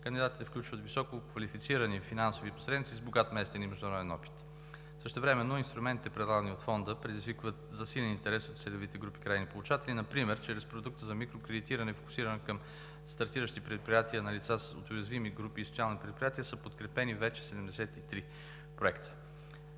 Кандидатите включват висококвалифицирани финансови посредници с богат местен и международен опит. Същевременно инструментите, предлагани от Фонда, предизвикват засилен интерес от целевите групи крайни получатели. Например чрез продукта за микрокредитиране, фокусиран към стартиращи предприятия на лица от уязвими групи и социални предприятия, вече са подкрепени 73 проекта.